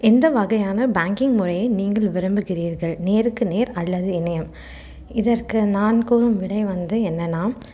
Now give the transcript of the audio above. எந்த வகையான பேங்கிங் முறையை நீங்கள் விரும்புகிறீர்கள் நேருக்கு நேர் அல்லது இணையம் இதற்கு நான் கூறும் விடை வந்து என்னன்னா